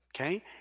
okay